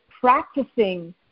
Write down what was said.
practicing